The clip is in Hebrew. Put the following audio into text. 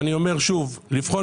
ואני אומר שוב, לבחון